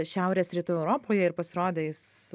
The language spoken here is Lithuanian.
šiaurės rytų europoje ir pasirodė jis